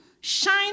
shine